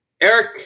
Eric